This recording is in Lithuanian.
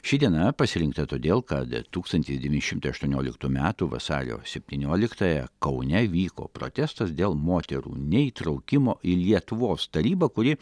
ši diena pasirinkta todėl kad tūkstantis devyni šimtai aštuonioliktų metų vasario septynioliktąją kaune vyko protestas dėl moterų neįtraukimo į lietuvos tarybą kuri